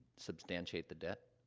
substantiate the debt?